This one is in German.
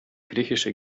griechische